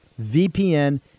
VPN